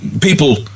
People